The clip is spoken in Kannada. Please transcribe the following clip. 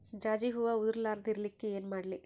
ಜಾಜಿ ಹೂವ ಉದರ್ ಲಾರದ ಇರಲಿಕ್ಕಿ ಏನ ಮಾಡ್ಲಿ?